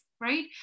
right